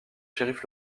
shérif